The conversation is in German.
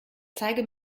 zeige